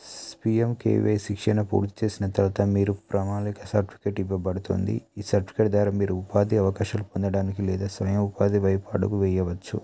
PMKVY శిక్షణ పూర్తి చేసిన తర్వాత మీరు ప్రణాళిక సర్టిఫికేట్ ఇవ్వబడుతుంది ఈ సర్టిఫికేట్ ద్వారా మీరు ఉపాధి అవకాశాలు పొందడానికి లేదా స్వయం ఉపాధి వైపు అడుగు వేయవచ్చు